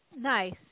Nice